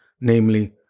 namely